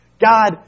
God